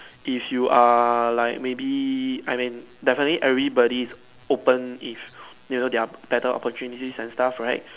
if you are like maybe I mean definitely everybody is open if you know there are better opportunities and stuff right